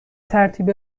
ترتیب